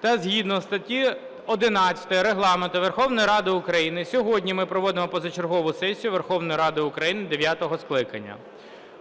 та згідно статті 11 Регламенту Верховної Ради України сьогодні ми проводимо позачергову сесію Верховної Ради України дев'ятого скликання.